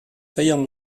feien